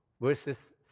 verses